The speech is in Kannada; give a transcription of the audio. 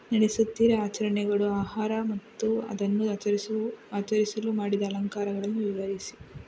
ನಡೆಸುತ್ತೀರಿ ಆಚರಣೆಗಳು ಆಹಾರ ಮತ್ತು ಅದನ್ನು ಆಚರಿಸು ಆಚರಿಸಲು ಮಾಡಿದ ಅಲಂಕಾರಗಳನ್ನು ವಿವರಿಸಿ